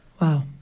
Wow